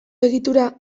egitura